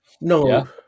No